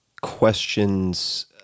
questions